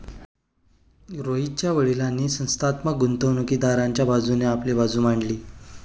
रोहितच्या वडीलांनी संस्थात्मक गुंतवणूकदाराच्या बाजूने आपली बाजू मांडली